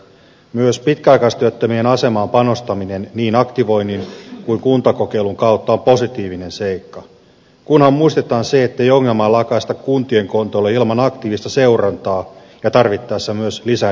myös pitkäaikaistyöttömien asemaan panostaminen niin aktivoinnin kuin kuntakokeilun kautta on positiivinen seikka kunhan muistetaan se ettei ongelmaa lakaista kuntien kontolle ilman aktiivista seurantaa ja tarvittaessa myös lisäresursointia